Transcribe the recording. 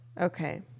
okay